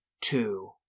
two